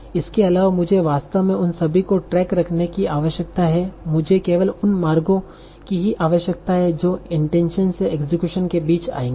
इसके अलावा मुझे वास्तव में उन सभी का ट्रैक रखने की आवश्यकता है मुझे केवल उन मार्गो की ही आवश्यकता है जो इंटेंशनसे इक्सक्यूशन के बीच आएंगे